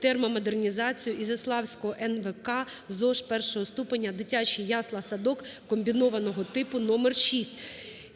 (термомодернізацію) Ізяславського НВК "ЗОШ І ступеня дитячий ясла-садок комбінованого типу № 6",